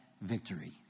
victory